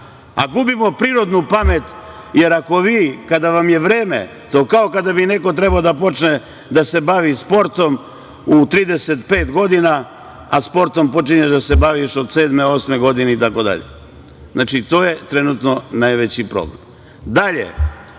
a gubimo prirodnu pamet, jer ako vi kada vam je vreme, to je kao kada bi neko trebao da počne da se bavi sportom u 35 godina, a sportom počinješ da se baviš od sedme, osme godine itd… Znači, to je trenutno najveći problem. Dalje,